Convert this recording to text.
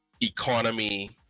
economy